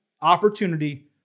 opportunity